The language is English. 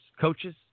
coaches